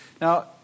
Now